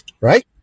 right